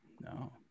No